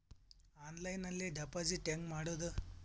ಆನ್ಲೈನ್ನಲ್ಲಿ ಡೆಪಾಜಿಟ್ ಹೆಂಗ್ ಮಾಡುದು?